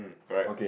correct